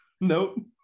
Nope